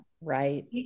Right